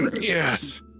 Yes